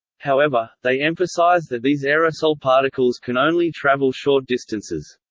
however, they emphasize that these aerosol particles can only travel short distances.